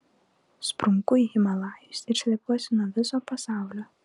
sprunku į himalajus ir slepiuosi nuo viso pasaulio